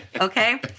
okay